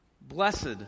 Blessed